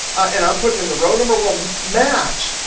and i'm putting in the row number. well um match,